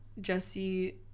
Jesse